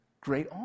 great